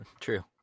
True